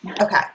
Okay